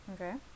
okay